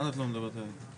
מה זה את לא מדברת על הילד?